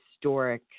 historic